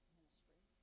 ministry